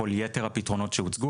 כל יתר הפתרונות שהוצגו,